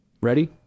Ready